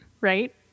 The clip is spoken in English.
right